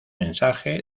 mensaje